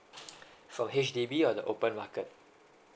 from H_D_B or the open market